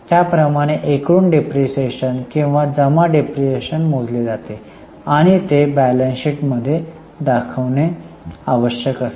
त्याप्रमाणे एकूण डिप्रीशीएशन किंवा जमा डिप्रीशीएशन मोजले जाते आणि ते ताळेबंदात दाखवणे आवश्यक असते